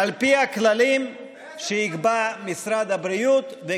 על פי הכללים שיקבע משרד הבריאות, איזה כללים?